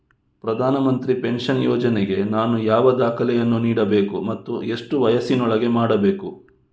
ಪ್ರಧಾನ ಮಂತ್ರಿ ಪೆನ್ಷನ್ ಯೋಜನೆಗೆ ನಾನು ಯಾವ ದಾಖಲೆಯನ್ನು ನೀಡಬೇಕು ಮತ್ತು ಎಷ್ಟು ವಯಸ್ಸಿನೊಳಗೆ ಮಾಡಬೇಕು?